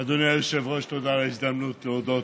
אדוני היושב-ראש, תודה על ההזדמנות להודות,